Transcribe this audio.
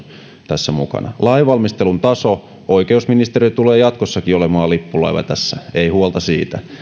tässä mukana lainvalmistelun taso oikeusministeriö tulee jatkossakin olemaan lippulaiva tässä ei huolta siitä